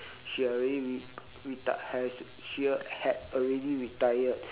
she already re~ reti~ has she had already retired